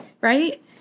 right